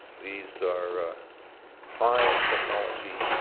these are high technology,